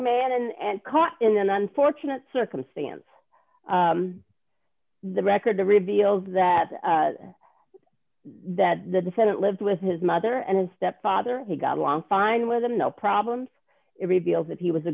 man and caught in d an unfortunate circumstance the record the reveals that that the defendant lived with his mother and his stepfather he got along fine with him no problems it reveals that he was a